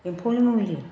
एम्फौनि मुलि